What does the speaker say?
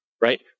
right